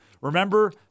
Remember